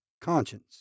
conscience